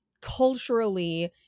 culturally